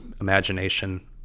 imagination